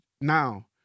Now